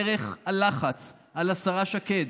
דרך הלחץ על השרה שקד,